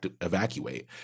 evacuate